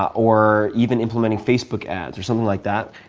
or even implementing facebook ads or something like that,